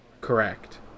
correct